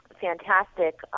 fantastic